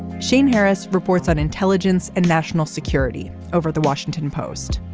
shane harris reports on intelligence and national security over the washington post.